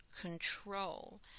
control